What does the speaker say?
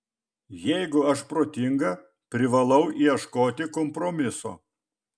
jeigu aš protinga privalau ieškoti kompromiso